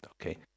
okay